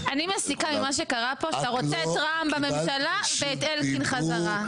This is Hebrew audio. אני מסיקה ממה שקרה פה שאתה רוצה את רע"מ בממשלה ואת אלקין בחזרה.